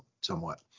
somewhat